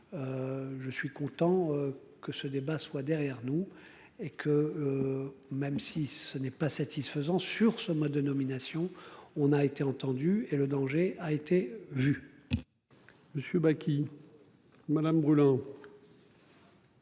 Je suis content que ce débat soit derrière nous et que. Même si ce n'est pas satisfaisant sur ce mode de nomination. On a été entendu et le danger a été vu.